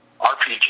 RPG